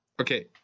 Okay